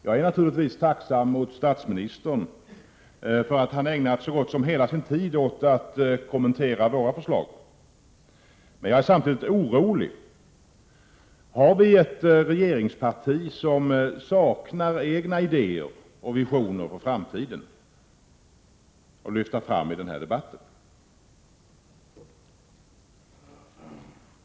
Jag är naturligtvis tacksam mot statsministern för att han ägnat så gott som hela sin tid åt att kommentera våra förslag. Men jag är samtidigt orolig; har vi ett regeringsparti som saknar egna idéer och visioner för framtiden att lyfta fram i denna debatt?